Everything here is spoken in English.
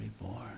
reborn